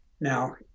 Now